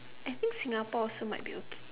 I think Singapore also might be okay